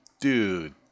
dude